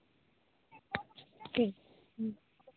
ᱴᱷᱤᱠ ᱦᱩᱸ